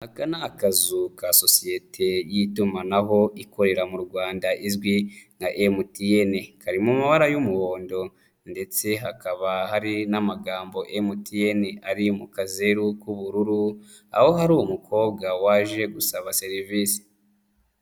Aka ni akazu ka sosiyete y'itumanaho ikorera mu rwanda izwi nka MTN, kari mu mabara y'umuhondo ndetse hakaba hari n'amagambo MTN, ari mu kazeru k'ubururu aho hari umukobwa waje gusaba serivisi.